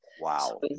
Wow